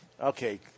okay